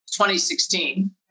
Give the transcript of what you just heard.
2016